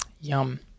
Yum